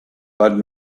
but